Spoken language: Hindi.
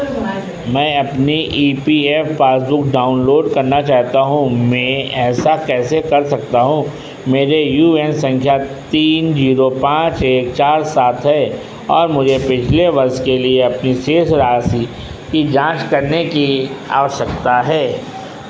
मैं अपनी E P F passbook download करना चाहता हूँ मैं ऐसा कैसे कर सकता हूँ मेरे यू ए एन संख्या तीन जीरो पाँच एक चार सात है और मुझे पिछले वर्ष के लिए अपनी शेष राशि की जाँच करने की आवश्यकता है